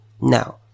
Now